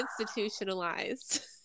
institutionalized